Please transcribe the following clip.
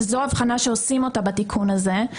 שזו אבחנה שעושים בתיקון הזה.